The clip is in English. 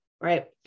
right